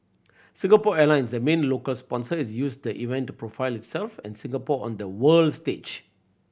Singapore Airlines the main local sponsor has used the event to profile itself and Singapore on the world stage